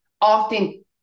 often